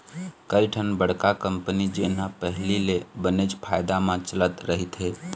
कइठन बड़का कंपनी जेन ह पहिली ले बनेच फायदा म चलत रहिथे